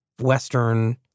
Western